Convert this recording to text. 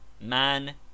Man